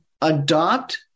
adopt